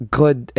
good